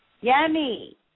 Yummy